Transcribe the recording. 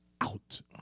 out